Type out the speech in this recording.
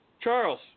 Charles